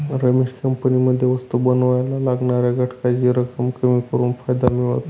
रमेश कंपनीमध्ये वस्तु बनावायला लागणाऱ्या घटकांची रक्कम कमी करून फायदा मिळवतो